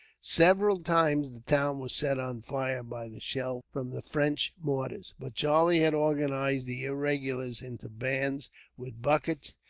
several times the town was set on fire by the shell from the french mortars but charlie had organized the irregulars into bands with buckets,